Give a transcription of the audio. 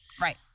Right